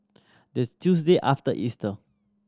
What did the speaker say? the Tuesday after Easter